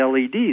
LEDs